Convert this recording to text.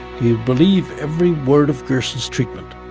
he would believe every word of gerson's treatment.